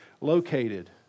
located